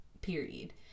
period